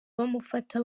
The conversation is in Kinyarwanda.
bamufata